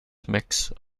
mixture